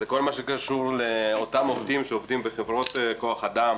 זה כל מה שקשור לאותם עובדים שעובדים בחברות כוח אדם